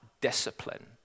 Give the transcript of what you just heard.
discipline